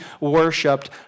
worshipped